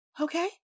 Okay